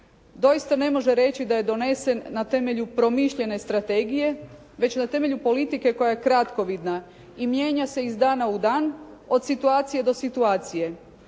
doista ne može reći da je donesen na temelju promišljene strategije, već na temelju politike koja je kratkovidna i mijenja se iz dana u dan od situacije do situacije.